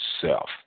self